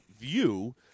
view